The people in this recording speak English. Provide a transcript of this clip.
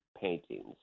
paintings